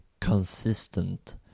consistent